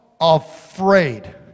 afraid